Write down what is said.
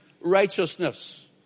righteousness